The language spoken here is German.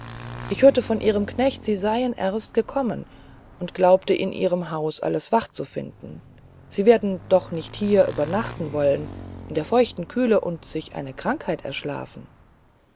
ich hörte von ihrem knecht sie seien erst gekommen und glaubte in ihrem hause alles wach zu finden sie werden doch hier nicht übernachten wollen in der feuchten kühle und sich eine krankheit erschlafen